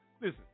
listen